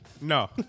No